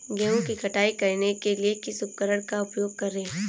गेहूँ की कटाई करने के लिए किस उपकरण का उपयोग करें?